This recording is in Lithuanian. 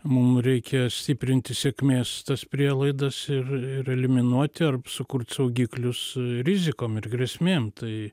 mum reikia stiprinti sėkmės tas prielaidas ir ir eliminuoti arb sukurt saugiklius rizikom ir grėsmėm tai